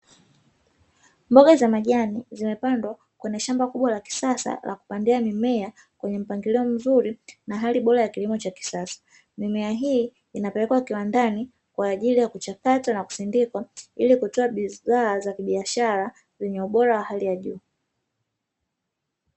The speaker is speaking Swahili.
Mboga za majani zimepandwa kwenye shamba kubwa la kisasa la kupandia mimea kwenye mpangilio mzuri na hali bora ya kilimo cha kisasa, mimea hii inapelekwa kiwandani kwa ajili ya kuchakatwa na kusindikwa ili kutoa bidhaa za kibiashara zenye ubora wa hali ya juu.